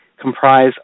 comprise